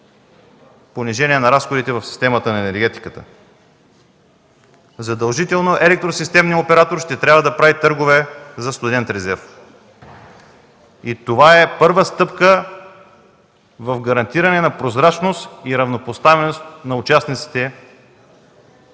понижение на разходите в системата на енергетиката. Задължително електросистемният оператор ще трябва да прави търгове за студен резерв. Това е първа стъпка в гарантиране на прозрачност и равнопоставеност на участниците